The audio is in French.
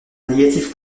négatif